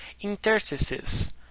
interstices